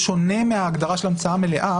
בשונה מההגדרה של המצאה מלאה,